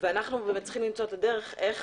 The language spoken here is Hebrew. ואנו צריכים למצוא את הדרך, איך